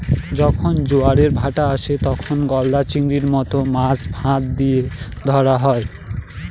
যখন জোয়ারের ভাঁটা আসে, তখন গলদা চিংড়ির মত মাছ ফাঁদ দিয়ে ধরা হয়